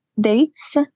dates